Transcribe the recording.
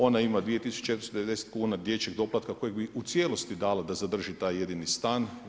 On ima 2490 kn dječjeg doplatka kojeg bi u cijelosti dala da zadrži taj jedini stan.